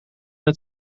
het